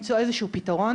למצוא איזשהו פתרון,